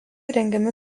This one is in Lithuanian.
rengiami